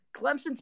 Clemson's